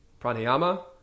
Pranayama